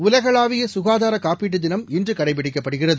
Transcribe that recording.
உலகளாவிய சுகாதார காப்பீட்டு தினம் இன்று கடைபிடிக்கப்படுகிறது